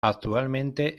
actualmente